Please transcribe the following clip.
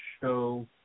show